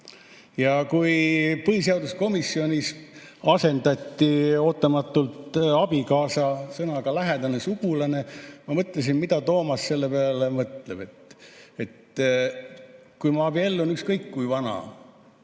Ja kui põhiseaduskomisjonis asendati ootamatult sõna "abikaasa" sõnadega "lähedane sugulane", siis ma mõtlesin, mida Toomas selle peale mõtleb. Kui ma abiellun ükskõik kui vana